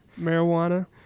marijuana